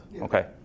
Okay